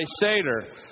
Seder